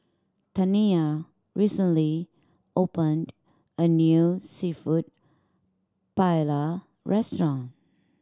Taniya recently opened a new Seafood Paella Restaurant